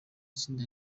itsinda